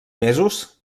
mesos